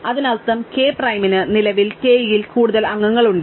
അതിനർത്ഥം k പ്രൈമിന് നിലവിൽ kയിൽ കൂടുതൽ അംഗങ്ങളുണ്ട്